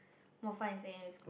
more fun in secondary school